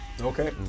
Okay